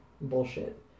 bullshit